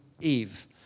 Eve